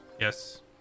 Yes